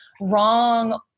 wrong